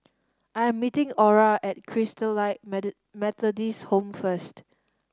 I am meeting Orah at Christalite Methodist Home first